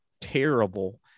terrible